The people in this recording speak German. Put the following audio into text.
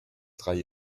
drei